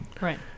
Right